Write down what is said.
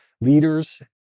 leaders